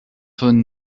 von